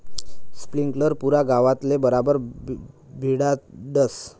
sprinkler पुरा गावतले बराबर भिजाडस